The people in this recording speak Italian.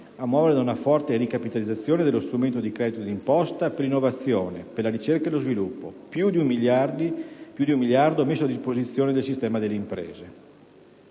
a muovere da una forte ricapitalizzazione dello strumento del credito d'imposta per l'innovazione, la ricerca e lo sviluppo: più di un miliardo è stato messo a disposizione del sistema delle imprese.